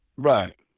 Right